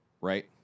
right